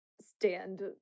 stand